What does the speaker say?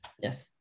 Yes